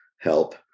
help